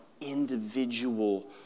individual